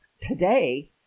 today